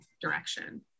direction